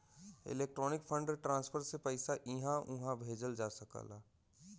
electronic fund transfer से पइसा इहां उहां भेजल जा सकला